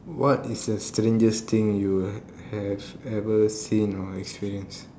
what is the strangest thing you have ever seen or experienced